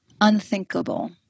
unthinkable